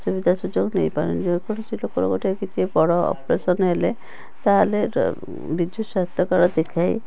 ସୁବିଧା ସୁଯୋଗ ନେଇପାରୁନି କୌଣସି ଲୋକର ଗୋଟେ କିଛି ବଡ଼ ଅପରେସନ୍ ହେଲେ ତାହେଲେ ବିଜୁସ୍ୱାସ୍ଥ୍ୟ କାର୍ଡ଼ ଦେଖାଇ